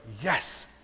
yes